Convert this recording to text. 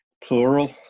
Plural